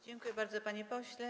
Dziękuję bardzo, panie pośle.